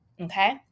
Okay